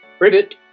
Ribbit